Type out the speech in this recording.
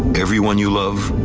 everyone you love.